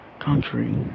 country